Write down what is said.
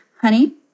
honey